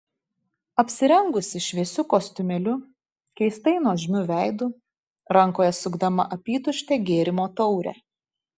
apsirengusi šviesiu kostiumėliu keistai nuožmiu veidu rankoje sukdama apytuštę gėrimo taurę